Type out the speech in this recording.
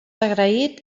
agraït